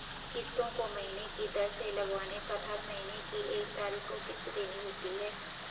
किस्तों को महीने की दर से लगवाने पर हर महीने की एक तारीख को किस्त देनी होती है